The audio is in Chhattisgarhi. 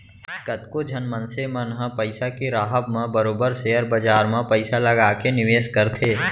कतको झन मनसे मन ह पइसा के राहब म बरोबर सेयर बजार म पइसा लगा के निवेस करथे